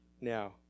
Now